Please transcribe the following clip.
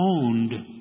owned